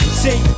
see